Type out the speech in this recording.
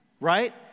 right